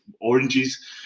oranges